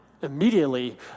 immediately